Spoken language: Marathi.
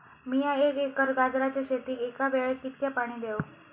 मीया एक एकर गाजराच्या शेतीक एका वेळेक कितक्या पाणी देव?